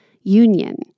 union